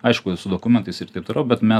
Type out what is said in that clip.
aišku su dokumentais ir taip toliau bet mes